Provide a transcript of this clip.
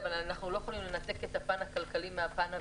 אבל אנחנו לא יכולים לנתק את הפן הכלכלי מהפן הבריאותי.